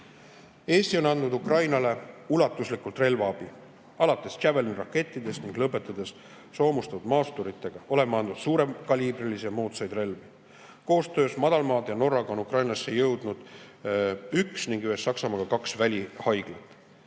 on andnud Ukrainale ulatuslikult relvaabi – alates Javelin-rakettidest ja lõpetades soomustatud maasturitega. Oleme andnud suurekaliibrilisi ja moodsaid relvi. Koostöös Madalmaade ja Norraga on Ukrainasse jõudnud üks ning ühes Saksamaaga kaks välihaiglat.